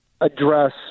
address